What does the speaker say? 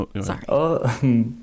Sorry